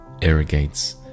irrigates